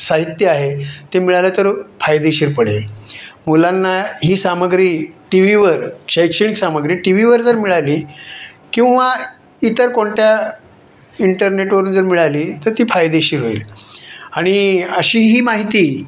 साहित्य आहे ते मिळाले तर फायदेशीर पडेल मुलांना ही सामग्री टी वीवर शैक्षणिक सामग्री टी वीवर जर मिळाली किंवा इतर कोणत्या इंटरनेटवरून जर मिळाली तर ती फायदेशीर होईल आणि अशी ही माहिती